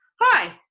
Hi